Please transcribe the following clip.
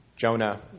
Jonah